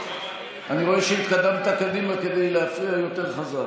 אני רואה שהתקדמת קדימה כדי להפריע יותר חזק.